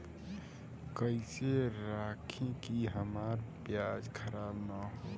कइसे रखी कि हमार प्याज खराब न हो?